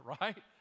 right